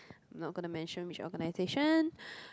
not gonna mention which organization